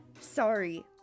Sorry